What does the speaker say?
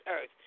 earth